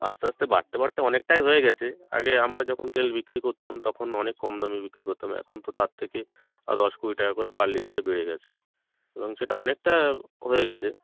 আস্তে আস্তে বাড়তে বাড়তে অনেকটাই হয়ে গেছে আগে আমরা যখন তেল বিক্রি করতাম তখন অনেক কম দামে বিক্রি করতাম এখন তো তার থেকে দশ কুড়ি টাকা করে পার লিটারে বেড়ে গেছে এবং সেটা অনেকটা হয়ে গেছে